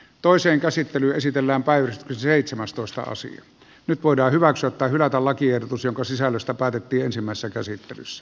toisen käsittely esitellään päivä seitsemästoista sija nyt voidaan hyväksyä tai hylätä lakiehdotus jonka sisällöstä päätettiin ensimmäisessä käsittelyssä